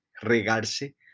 regarse